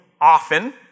often